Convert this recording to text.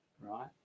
right